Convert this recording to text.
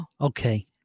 Okay